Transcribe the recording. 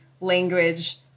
language